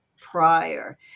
prior